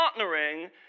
partnering